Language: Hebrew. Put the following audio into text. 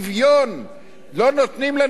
לא נותנים לנו את החוק שלנו.